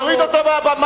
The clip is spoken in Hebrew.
להוריד אותו מהבמה,